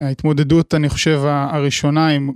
ההתמודדות אני חושב הראשונה עם